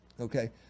Okay